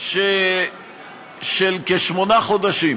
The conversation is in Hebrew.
של כשמונה חודשים,